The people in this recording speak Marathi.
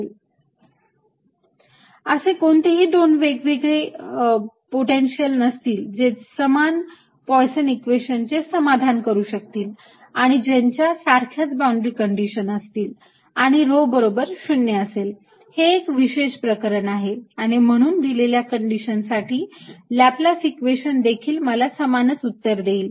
20 2dV0 or ϕ0 ∴ϕconstant or V1V2 असे कोणतेही दोन वेगवेगळे पोटेन्शिअल नसतील जे समान पोयसन इक्वेशनचे Poisson's equations समाधान करू शकतील आणि ज्यांच्या सारख्याच बाउंड्री कंडिशन असतील आणि rho बरोबर 0 असेल हे एक विशेष प्रकरण आहे आणि म्हणून दिलेल्या कंडीशन साठी लाप्लस इक्वेशन देखील मला समानच उत्तर देईल